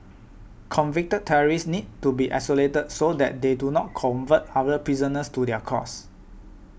convicted terrorists need to be isolated so that they do not convert other prisoners to their cause